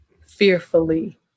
fearfully